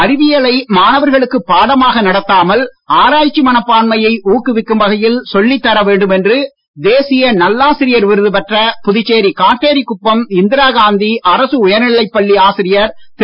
அறிவியலை மாணவர்களுக்கு பாடமாக நடத்தாமல் ஆராய்ச்சி மனப்பான்மையை ஊக்குவிக்கும் வகையில் சொல்லித் தர வேண்டும் என்று தேசிய நல்லாசிரியர் விருது பெற்ற புதுச்சேரி காட்டேரிகுப்பம் இந்திராகாந்தி அரசு உயர்நிலைப் பள்ளி ஆசிரியர் திரு